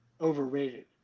overrated